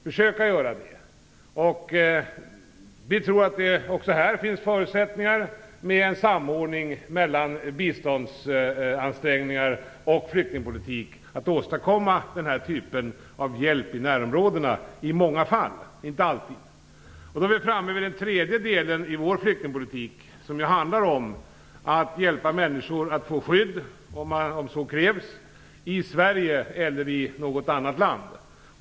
Vi tror att det också här i många fall, om också inte alltid, finns förutsättningar för en samordning mellan biståndsansträngningar och flyktingpolitik för åstadkommande av denna typ av hjälp i närområdena. För det tredje handlar vår flyktingpolitik om att hjälpa människor att få skydd, om så krävs, i Sverige eller i något annat land.